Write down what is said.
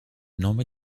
nome